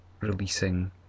releasing